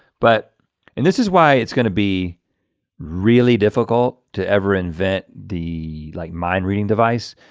but and this is why it's gonna be really difficult to ever invent the like mind reading device.